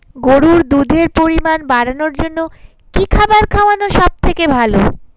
গরুর দুধের পরিমাণ বাড়ানোর জন্য কি খাবার খাওয়ানো সবথেকে ভালো?